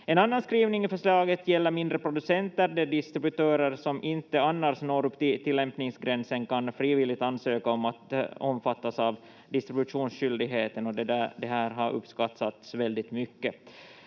En annan skrivning i förslaget gäller mindre producenter. De distributörer som inte annars når upp till tillämpningsgränsen kan frivilligt ansöka om att omfattas av distributionsskyldigheten och det här har uppskattats väldigt mycket.